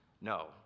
no